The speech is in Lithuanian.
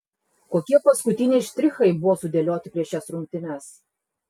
kokie paskutiniai štrichai buvo sudėlioti prieš šias rungtynes